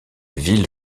ville